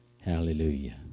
Hallelujah